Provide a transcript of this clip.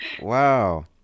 Wow